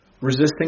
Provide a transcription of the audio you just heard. resisting